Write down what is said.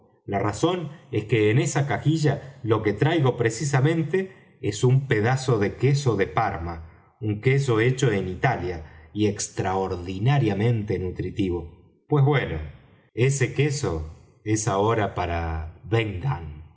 la razón es que en esa cajilla lo que traigo precisamente es un pedazo de queso de parma un queso hecho en italia y extraordinariamente nutritivo pues bueno ese queso es ahora para